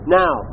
now